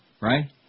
Right